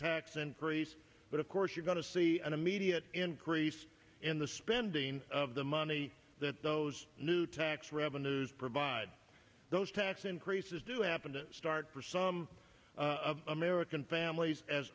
tax increase but of course you're going to see an immediate increase in the spending of the money that those new tax revenues provide those tax increases do happen to start for some american